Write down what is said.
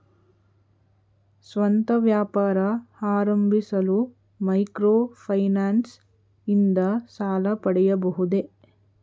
ಸ್ವಂತ ವ್ಯಾಪಾರ ಆರಂಭಿಸಲು ಮೈಕ್ರೋ ಫೈನಾನ್ಸ್ ಇಂದ ಸಾಲ ಪಡೆಯಬಹುದೇ?